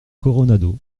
coronado